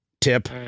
tip